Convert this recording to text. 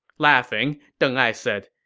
laughing, deng ai said,